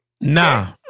Nah